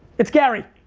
it's gary.